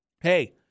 hey